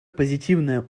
позитивное